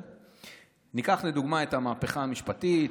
ניקח לדוגמה את המהפכה המשפטית,